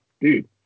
dude